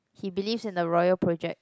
he believes in the royal project